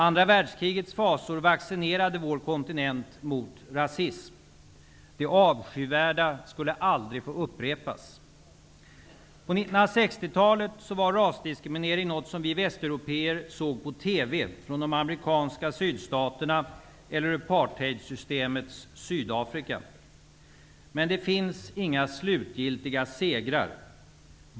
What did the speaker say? Andra världskrigets fasor vaccinerade vår kontinent mot rasism. Det avskyvärda skulle aldrig få upprepas. På 1960-talet var rasdiskriminering något som vi västeurope'er såg på TV från de amerikanska sydstaterna eller apartheidsystemets Sydafrika. Men det finns inga slutgiltiga segrar.